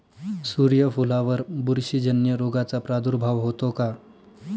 सूर्यफुलावर बुरशीजन्य रोगाचा प्रादुर्भाव होतो का?